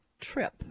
trip